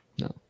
No